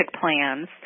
plans